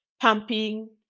pumping